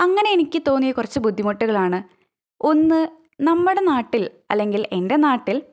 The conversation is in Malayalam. അങ്ങനെ എനിക്ക് തോന്നിയ കുറച്ച് ബുദ്ധിമുട്ടുകളാണ് ഒന്ന് നമ്മുടെ നാട്ടിൽ അല്ലെങ്കിൽ എൻ്റെ നാട്ടിൽ